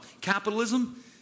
capitalism